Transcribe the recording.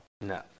No